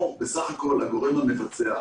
אנחנו בסך הכול הגורם המבצע.